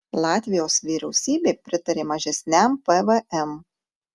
latvijos vyriausybė pritarė mažesniam pvm